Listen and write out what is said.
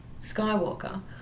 Skywalker